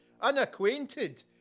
Unacquainted